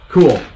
Cool